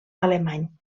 alemany